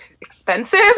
expensive